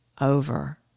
over